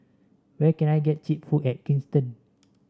where can I get cheap food in Kingston